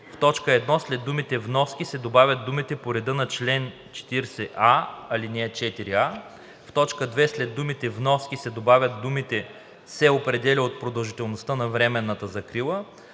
В т. 1 след думите „вноски“ се добавят думите „по реда на чл. 40а, ал. 4а“. - В т. 2 след думата „вноски“ се добавят думите „се определя от продължителността на временната закрила“.